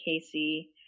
Casey